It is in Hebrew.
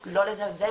לא לזלזל,